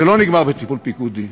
זה לא נגמר בטיפול פיקודי,